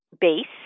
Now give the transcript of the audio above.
base